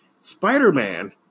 Spider-Man